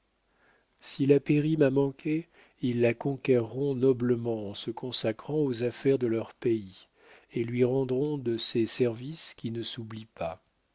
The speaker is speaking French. si la pairie m'a manqué ils la conquerront noblement en se consacrant aux affaires de leur pays et lui rendront de ces services qui ne s'oublient pas